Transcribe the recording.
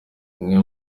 bamwe